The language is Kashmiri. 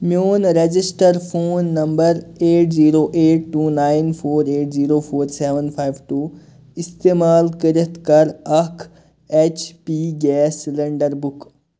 میون register phone number eight zero eight two nine four eight zero four seven five two استعمال کٔرِتھ کَر اکھ H P gas cylinder book